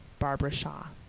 barbara shaw